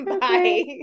Bye